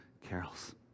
carols